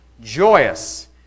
joyous